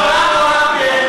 בכול מדינה בעולם או רק,